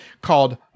called